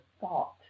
thought